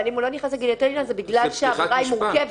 אבל אם הוא לא נכנס לגיליוטינה זה בגלל שהעבירה היא מורכבת.